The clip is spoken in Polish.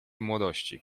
młodości